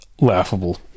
laughable